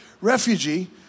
refugee